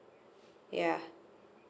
yeah